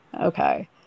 Okay